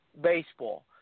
baseball